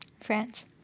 france